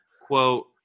quote